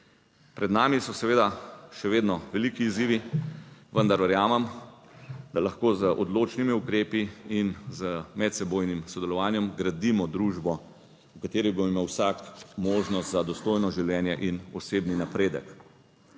Pred nami so seveda še vedno veliki izzivi, vendar verjamem, da lahko z odločnimi ukrepi in z medsebojnim sodelovanjem gradimo družbo, v kateri bo imel vsak možnost za dostojno življenje in osebni napredek.